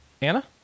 Anna